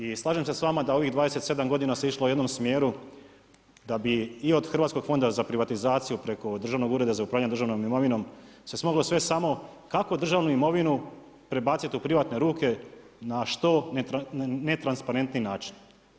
I slažem se s vama da ovih 27 godina se išlo u jednom smjeru da bi od Hrvatskog fonda za privatizaciju preko Državnog ureda uza upravljanje državnom imovinom se moglo svesti samo kako državnu imovinu prebacit u privatne ruke na što netransparentniji način.